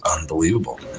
unbelievable